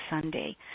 Sunday